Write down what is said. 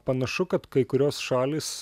panašu kad kai kurios šalys